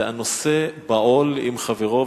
זה "הנושא בעול עם חברו".